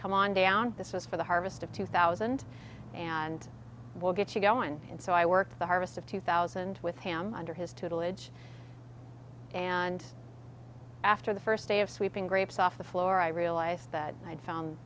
come on down this is for the harvest of two thousand and we'll get you go on and so i worked the harvest of two thousand with him under his tutelage and after the first day of sweeping grapes off the floor i realized that i had found